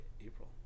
April